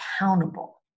accountable